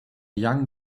young